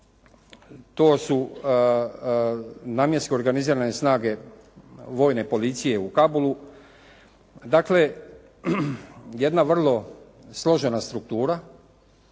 to su namjensko organizirane snage vojne policije u Kabulu. Dakle, jedna vrlo složena struktura,